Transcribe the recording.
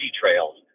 trails